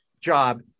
job